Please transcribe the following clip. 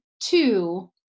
two